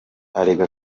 arega